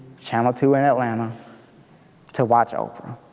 channel two in atlanta to watch oprah.